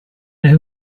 know